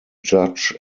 judge